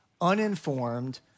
uninformed